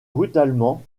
brutalement